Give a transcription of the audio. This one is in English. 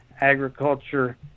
agriculture